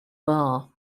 bar